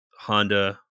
Honda